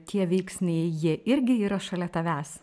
tie veiksniai jie irgi yra šalia tavęs